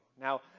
Now